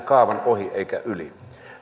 kaavan ohi eikä yli